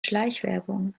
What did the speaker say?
schleichwerbung